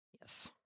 yes